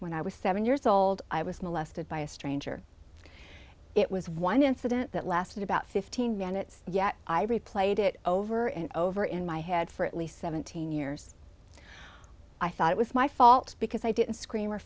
when i was seven years old i was molested by a stranger it was one incident that lasted about fifteen minutes yet i replayed it over and over in my head for at least seventeen years i thought it was my fault because i didn't scream or